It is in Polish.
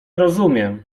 rozumiem